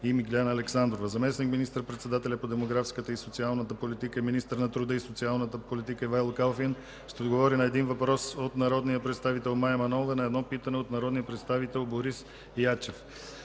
Миглена Александрова. Заместник министър-председателят по демографската и социалната политика и министър на труда и социалната политика Ивайло Калфин ще отговори на един въпрос от народния представител Мая Манолова и на едно питане от народния представител Борис Ячев.